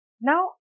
Now